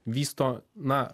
vysto na